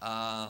A